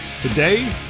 Today